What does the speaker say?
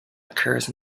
occurs